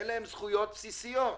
אין להם זכויות בסיסיות.